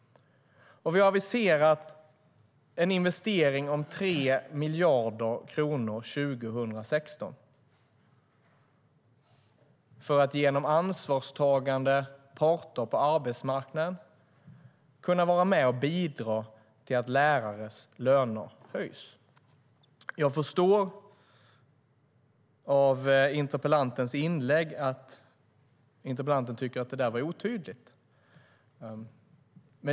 Vi har aviserat en investering om 3 miljarder kronor 2016 för att med hjälp av ansvarstagande parter på arbetsmarknaden vara med och bidra till att lärares löner höjs. Jag förstår av interpellantens inlägg att interpellanten tycker att detta är otydligt.